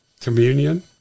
communion